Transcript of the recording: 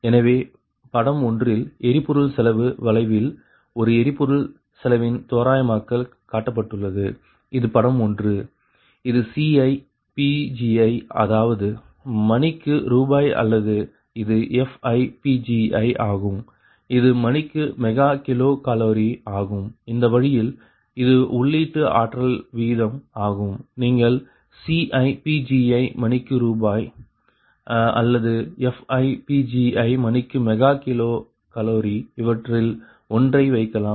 எனவே படம் ஒன்றில் எரிபொருள் செலவு வளைவில் ஒரு எரிபொருள் செலவின் தோராயமாக்கல் காட்டப்பட்டுள்ளது இது படம் ஒன்று இது Ci அதாவது மணிக்கு ரூபாய் அல்லது இது Fi ஆகும் இது மணிக்கு மெகா கிலோ கலோரி ஆகும் இந்த வழியில் இது உள்ளீட்டு ஆற்றல் வீதம் ஆகும் நீங்கள் Ci மணிக்கு ரூபாய் அல்லது Fi மணிக்கு மெகா கிலோ கலோரி இவற்றில் ஒன்றை வைக்கலாம்